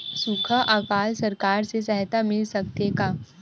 सुखा अकाल सरकार से सहायता मिल सकथे का?